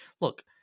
look